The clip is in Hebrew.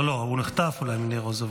לא, לא, הוא נחטף אולי מניר עוז.